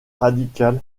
radical